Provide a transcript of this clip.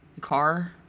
Car